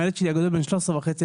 הילד שלי הגדול בן 13 וחצי.